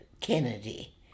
Kennedy